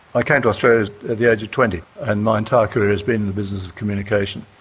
i came to australia at the age of twenty, and my entire career has been the business of communication,